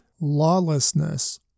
lawlessness